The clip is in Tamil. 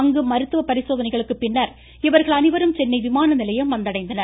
அங்கு மருத்துவ பரிசோதனைகளுக்கு பின்னர் இவர்கள் அனைவரும் சென்னை விமான நிலையம் வந்தடைந்தனர்